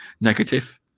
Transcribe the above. negative